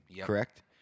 correct